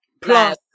Plus